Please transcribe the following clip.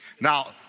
Now